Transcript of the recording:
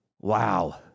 Wow